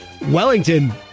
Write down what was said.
Wellington